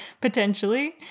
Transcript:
potentially